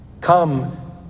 Come